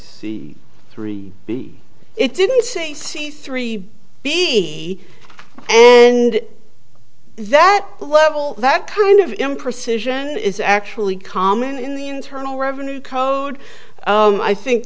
see three b it didn't say c three b and that level that kind of imprecision is actually common in the internal revenue code i think